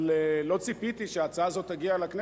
אבל לא ציפיתי שההצעה הזאת תגיע לכנסת